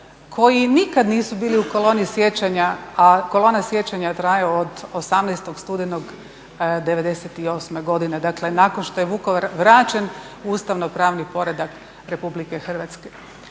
koji nikad nisu bili u koloni sjećanja, a kolona sjećanja traje od 18.studenog '98.godine. Dakle, nakon što je Vukovar vraćen ustavno-pravni poredak Republike Hrvatske.